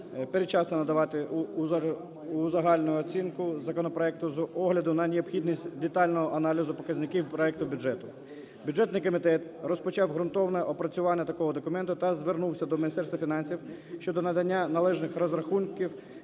передчасно надавати узагальнену оцінку законопроекту з огляду на необхідність детального аналізу показників проекту бюджету. Бюджетний комітет розпочав ґрунтовне опрацювання такого документу та звернувся до Міністерства фінансів щодо надання належних розрахунків